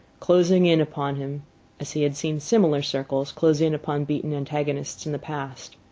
closing in upon him as he had seen similar circles close in upon beaten antagonists in the past.